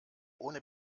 ohne